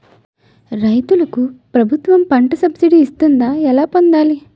రైతులకు ప్రభుత్వం పంట సబ్సిడీ ఇస్తుందా? ఎలా పొందాలి?